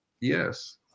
Yes